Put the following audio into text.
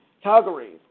Calgary